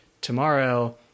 tomorrow